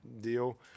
deal